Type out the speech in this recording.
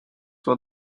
what